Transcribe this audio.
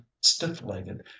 stiff-legged